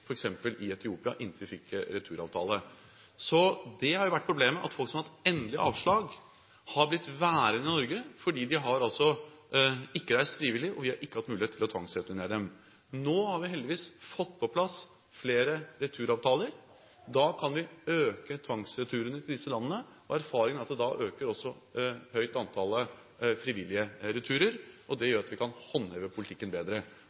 i Etiopia inntil vi fikk returavtale. Dette har vært problemet: De som har fått endelig avslag, har blitt værende i Norge fordi de ikke har reist frivillig, og vi har ikke hatt mulighet til å tvangsreturnere dem. Nå har vi heldigvis fått på plass flere returavtaler. Da kan vi øke tvangsreturene til disse landene. Erfaringene er at da øker også antallet frivillige returer. Det gjør at vi kan håndheve politikken bedre.